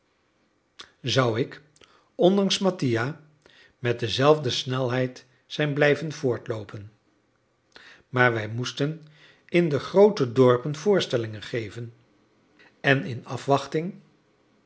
zou ik ondanks mattia met dezelfde snelheid zijn blijven voortloopen maar wij moesten in de groote dorpen voorstellingen geven en in afwachting